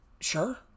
Sure